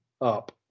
up